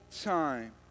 time